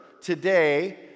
today